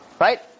right